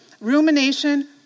Rumination